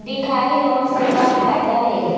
दिखाही लोन से का फायदा हे?